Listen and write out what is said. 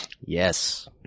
Yes